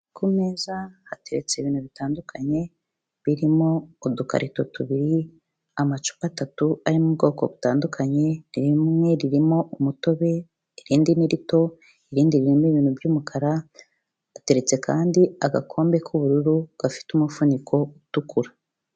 Ku meza hateretse ibintu bitandukanye birimo udukarito tubiri, amacupa atatu ari mu bwoko butandukanye. Rimwe ririmo umutobe, irindi ni rito, irindi ririmo ibintu by'umukara, hateretse kandi agakombe k'ubururu gafite umufuniko utukura.